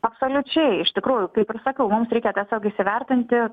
absoliučiai iš tikrųjų kaip ir sakau mums reikia tiesiog įsivertinti